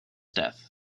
death